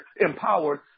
empowered